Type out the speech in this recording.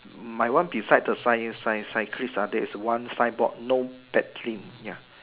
my one beside the cy~ cy~ cyclist there is one signboard no paddling